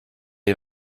les